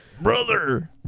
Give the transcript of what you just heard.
brother